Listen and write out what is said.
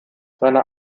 seine